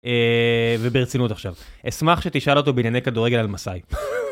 וברצינות עכשיו, אשמח שתשאל אותו בענייני כדורגל על מסאי.